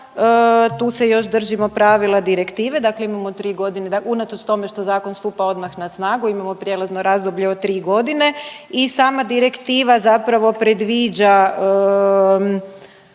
tu se još držimo pravila direktive, dakle imamo 3 godine, unatoč tome što zakon stupa odmah na snagu, imamo prijelazno razdoblje od 3 godine i sama direktiva zapravo predviđa